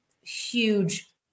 huge